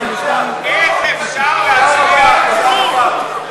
משרד החקלאות,